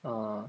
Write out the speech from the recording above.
orh